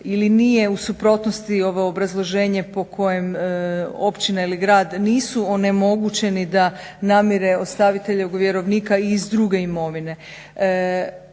ili nije u suprotnosti ovo obrazloženje po kojem općina ili grad nisu onemogućeni da namire ostaviteljevog vjerovnika iz druge imovine.